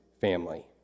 family